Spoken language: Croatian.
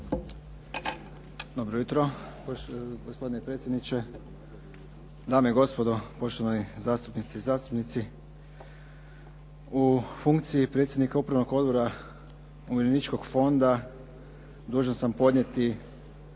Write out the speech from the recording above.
Dobro jutro, gospodine predsjedniče, dame i gospodo, poštovane zastupnice i zastupnici. U funkciji predsjednika upravnog odbora umirovljeničkog fonda dužan sam podnijeti